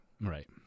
right